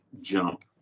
jump